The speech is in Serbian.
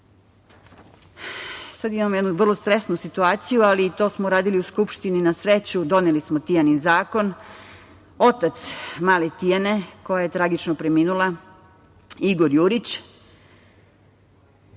imamo jednu vrlo stresnu situaciju, ali to smo radili u Skupštini, na sreću, doneli smo „Tijanin zakon“. Otac male Tijane koja je tragično preminula, Igor Jurić,